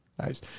Nice